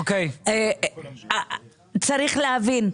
צריך להבין,